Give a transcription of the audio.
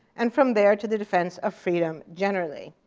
and from there to the defense of freedom generally.